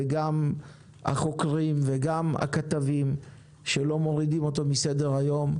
גם החוקרים וגם הכתבים שלא מורידים אותו מסדר-היום,